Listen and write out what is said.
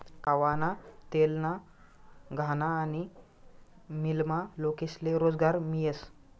खावाना तेलना घाना आनी मीलमा लोकेस्ले रोजगार मियस